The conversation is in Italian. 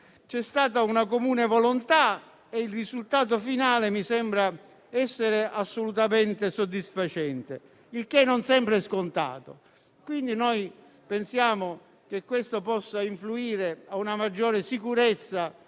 C'è stata una comune volontà e il risultato finale mi sembra essere assolutamente soddisfacente, il che non sempre è scontato. Riteniamo che il provvedimento possa contribuire a una maggiore sicurezza